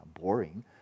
boring